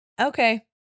Okay